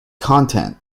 content